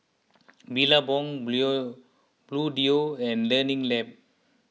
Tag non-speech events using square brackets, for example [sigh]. Billabong [unintelligible] Bluedio and Learning Lab